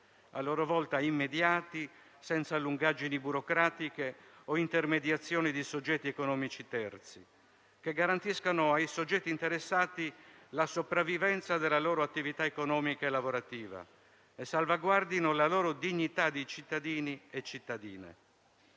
a loro volta immediati, senza lungaggini burocratiche o intermediazione di soggetti economici terzi, che garantiscano ai soggetti interessati la sopravvivenza della loro attività economica e lavorativa e salvaguardino la loro dignità di cittadini e cittadine.